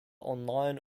online